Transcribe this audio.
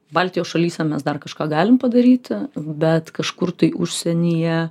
baltijos šalyse mes dar kažką galim padaryti bet kažkur tai užsienyje